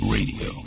Radio